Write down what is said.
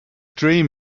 dream